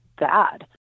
bad